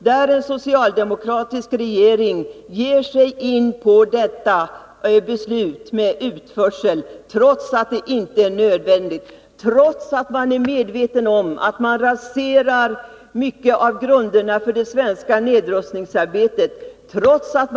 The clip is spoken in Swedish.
Den socialdemokratiska regeringen ställer sig bakom en utförsel av använt kärnbränsle, trots att det inte är nödvändigt och trots att man är medveten om att en stor del av grunderna för det svenska nedrustningsarbetet raseras.